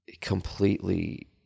completely